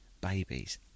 babies